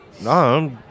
no